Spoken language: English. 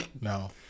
no